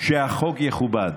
שהחוק יכובד.